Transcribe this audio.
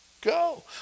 go